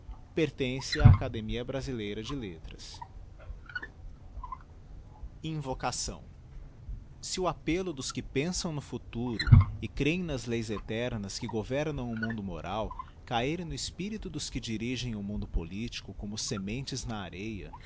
pertence á academia brasileira de letras invocação se o appello dos que pensam no futuro e crêem nas leis eternas que governam o mundo moral cahir digitized by google j no espirito dos que dirigem o mundo politico como sementes na areia